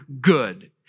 good